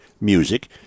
music